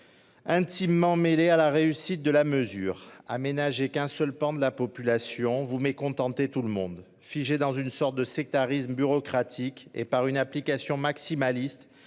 intimement mêlé à la réussite de la mesure. À vouloir ménager un seul pan de la population, vous mécontentez tout le monde. Figés dans une sorte de sectarisme bureaucratique, vous chassez même, par l'application maximaliste